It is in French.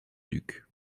duc